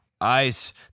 Ice